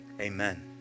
Amen